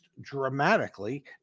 dramatically